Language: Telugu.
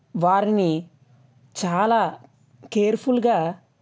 వారిని చాలా కేర్ఫుల్గా